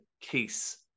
case